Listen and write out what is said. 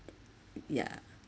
yeah